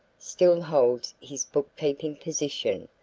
still holds his bookkeeping position,